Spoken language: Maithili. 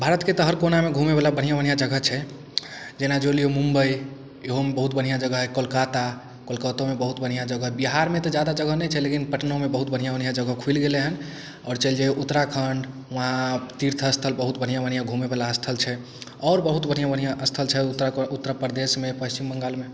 भारतके हर कोनामे घूमयवला बढ़िआँ बढ़िआँ जगह छै जेना जोड़ि लियौ मुम्बइ इहो मे बहुत बढ़िआँ जगह हइ कोलकाता कोलकातो मे बहुत बढ़िआँ जगह हइ बिहारमे तऽ जादा जगह नहि छै लेकिन पटनोमे बहुत बढ़िआँ बढ़िआँ जगह खुलि गेलै हँ आओर जइयौ उत्तराखण्ड वहाँ तीर्थस्थल बहुत बढ़िआँ बढ़िआँ घुमयवला स्थल छै आओर बहुत बढ़िआँ बढ़िआँ स्थल उत्तर उत्तरप्रदेशमे पश्चिम बंगालमे